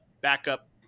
backup